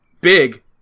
big